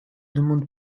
demande